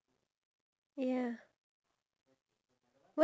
um cans bottles